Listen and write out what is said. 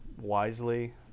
wisely